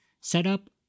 setup